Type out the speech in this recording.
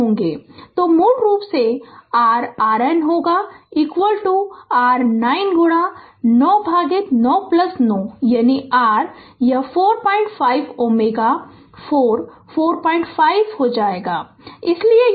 Refer Slide Time 1109 तो मूल रूप से r RN होगा r 9 गुणा 9 भागित 9 9 यानी r यह 45 Ω 4 45 Ω हो जाएगा इसलिए यह r RN है